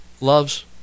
loves